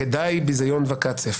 כדאי ביזיון וקצף.